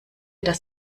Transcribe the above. dass